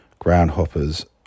Groundhoppers